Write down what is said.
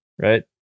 right